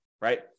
right